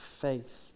Faith